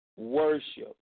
Worship